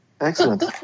Excellent